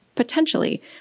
potentially